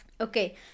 okay